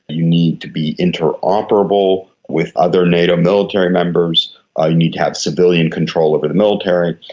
you need to be interoperable with other nato military members, ah you need to have civilian control over the military,